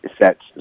sets